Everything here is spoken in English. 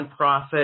nonprofit